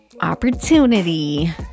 opportunity